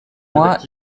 moi